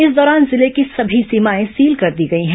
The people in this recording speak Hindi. इस दौरान जिले की सभी सीमाए सील कर दी गई हैं